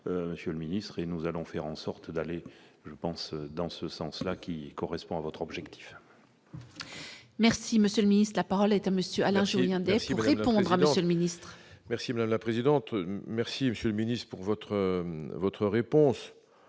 monsieur le ministre et nous allons faire en sorte d'aller je pense dans ce sens-là, qui correspond à votre objectif. Merci monsieur le ministre de la parole est à monsieur Alain Joly, un téléfilm répondre à Monsieur le Ministre. Merci la la présidente, merci monsieur Ministre pour votre votre